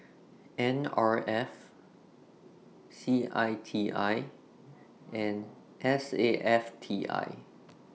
N R F C I T I and S A F T I